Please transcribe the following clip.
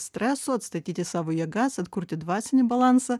streso atstatyti savo jėgas atkurti dvasinį balansą